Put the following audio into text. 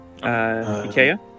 Ikea